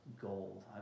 gold